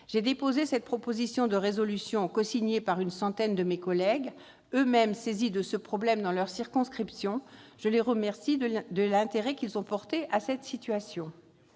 J'ai déposé cette proposition de résolution, cosignée par une centaine de mes collègues, eux-mêmes saisis de ce problème dans leurs circonscriptions. Je les remercie de l'intérêt qu'ils ont porté à cette situation.